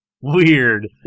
weird